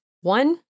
One